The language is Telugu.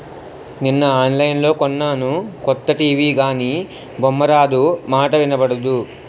నిన్న ఆన్లైన్లో కొన్నాను కొత్త టీ.వి గానీ బొమ్మారాదు, మాటా ఇనబడదు